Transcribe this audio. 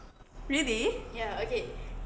really